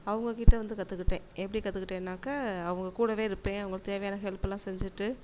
அவங்கக்கிட்ட வந்து கற்றுக்கிட்டேன் எப்படி கற்றுக்கிட்டேன்னாக்கா அவங்க கூடவே இருப்பேன் அவங்களுக்கு தேவையான ஹெல்ப்லாம் செஞ்சிகிட்டு